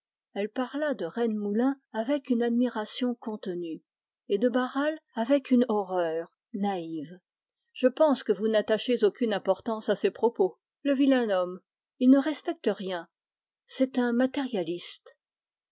elle parla de rennemoulin avec une admiration contenue et de barral avec une horreur naïve le vilain homme il ne respecte rien c'est un matérialiste